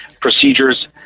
procedures